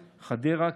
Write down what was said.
חדרה,